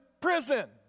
prison